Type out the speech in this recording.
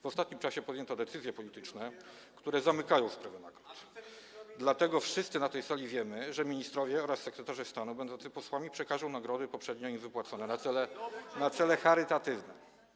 W ostatnim czasie podjęto decyzje polityczne, które zamykają sprawę nagród, dlatego wszyscy na tej sali wiemy, że ministrowie oraz sekretarze stanu będący posłami przekażą nagrody poprzednio im wypłacone na cele charytatywne.